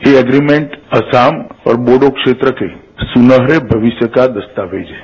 यह एग्रीमेंट असम और बोडो क्षेत्र के सुनहरे भविष्य का दस्तावेज है